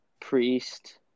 Priest